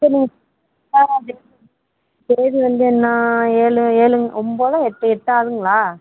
சரி நீங்கள் தேதி வந்து என்ன ஏழு ஏழு ஒன்போதோ எட்டு எட்டாதுங்களா